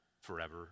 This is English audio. forever